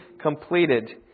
completed